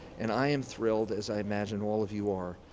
and i am thrilled, as i imagine all of you are,